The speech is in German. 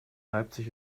leipzig